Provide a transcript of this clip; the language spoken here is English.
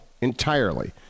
entirely